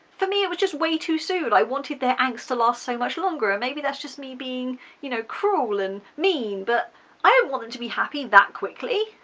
for me it was just way too soon i wanted their angst to last so much longer and maybe that's just me being you know cruel and mean but i don't want them to be happy that quickly.